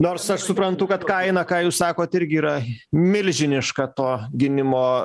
nors aš suprantu kad kaina jūs sakot irgi yra milžiniška to gynimo